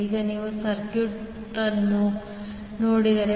ಈಗ ನೀವು ಸರ್ಕ್ಯೂಟ್ ಅನ್ನು ನೋಡಿದರೆ